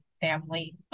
family